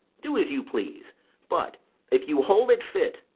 do as you please but if you hold it fit,